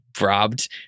robbed